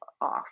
off